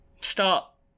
stop